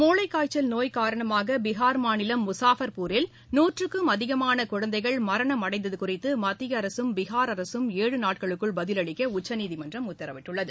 முளைக்காய்ச்சல் நோய் காரணமாக பீகார் மாநிலம் முசாஃபா்பூரில் நூற்றுக்கும் அதிகமான குழந்தைகள் மரணம் அடைந்தது குறித்து மத்திய அரசும் பீகார் அரசும் ஏழு நாட்களுக்குள் பதிலளிக்க உச்சநீதிமன்றம் இன்று உத்தரவிட்டது